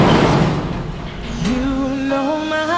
he said you know my